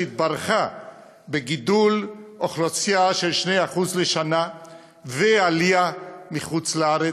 שהתברכה בגידול אוכלוסייה של 2% לשנה ועלייה מחוץ-לארץ,